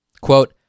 Quote